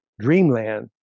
Dreamland